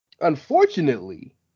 unfortunately